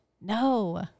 No